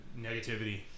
negativity